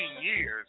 years